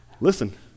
Listen